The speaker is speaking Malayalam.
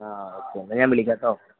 ആ ഓക്കെ എന്നാൽ ഞാൻ വിളിക്കാം കേട്ടോ